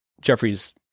Jeffrey's